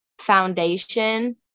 foundation